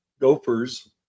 gophers